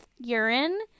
urine